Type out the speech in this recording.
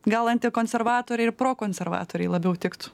gal antikonservatoriai ir prokonservatoriai labiau tiktų